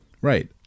Right